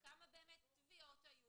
כמה תביעות באמת היו,